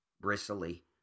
bristly